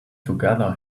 together